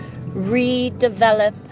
redevelop